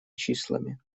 числами